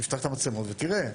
תפתח את המצלמות ותראה.